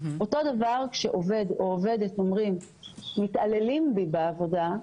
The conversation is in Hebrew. אותו דבר כשעובד או עובדת אומרים שמתעללים בהם בעבודה.